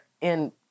in-